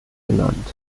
genannt